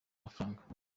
amafaranga